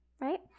right